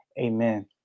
amen